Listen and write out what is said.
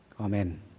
Amen